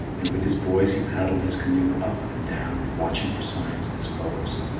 and with his boys he paddled his canoe up and down, watching for signs of his foes.